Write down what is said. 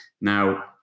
Now